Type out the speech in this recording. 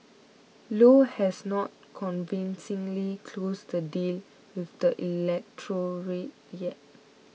low has not convincingly closed the deal with the electorate yet